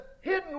hidden